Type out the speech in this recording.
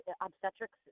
obstetrics